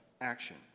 action